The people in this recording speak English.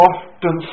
Often